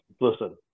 listen